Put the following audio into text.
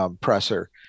presser